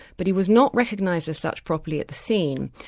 but he was not recognised as such properly at the scene.